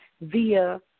via –